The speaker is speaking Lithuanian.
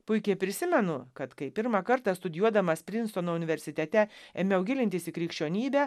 puikiai prisimenu kad kai pirmą kartą studijuodamas prinstono universitete ėmiau gilintis į krikščionybę